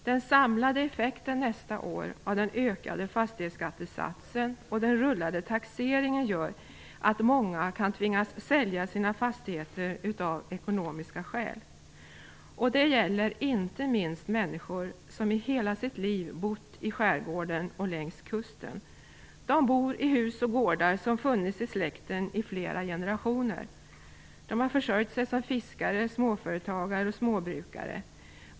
Den samlade effekten nästa år av den ökade fastighetsskattesatsen och den rullande taxeringen gör att många kan tvingas sälja sina fastigheter av ekonomiska skäl. Det gäller inte minst människor som i hela sitt liv bott i skärgården och längs kusten. De bor i hus och gårdar som funnits i släkten i flera generationer. De har försörjt sig som fiskare, småföretagare och småbrukare.